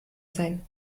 sein